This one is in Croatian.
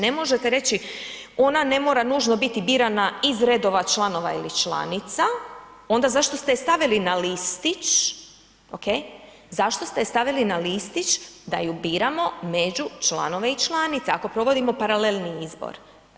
Ne možete reći ona ne mora nužno biti birana iz redova članova ili članica, onda zašto ste je stavili na listić, okej, zašto ste je stavili na listić da ju biramo među članove i članice ako provodimo paralelni izbor.